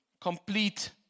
complete